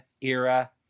era